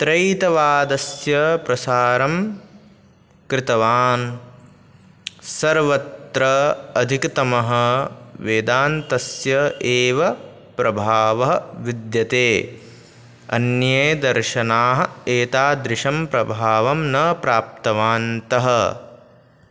त्रैतवादस्य प्रसारं कृतवान् सर्वत्र अधिकतमः वेदान्तस्य एव प्रभावः विद्यते अन्ये दर्शनानि एतादृशं प्रभावं न प्राप्तवन्तः